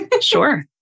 Sure